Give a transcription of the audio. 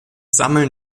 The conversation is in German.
sammeln